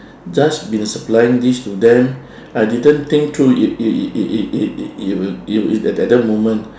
just been supplying this to them I didn't think through it it it it it it it it will it it at at that moment